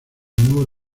nuevo